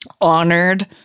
honored